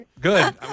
Good